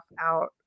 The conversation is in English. out